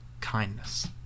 Kindness